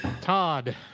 Todd